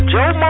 Joe